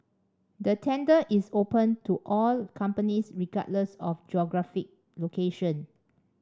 the tender is open to all companies regardless of geographic location